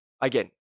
again